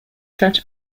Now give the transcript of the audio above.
that